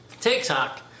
TikTok